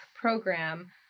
program